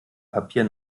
papier